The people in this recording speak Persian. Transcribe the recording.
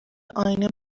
آینه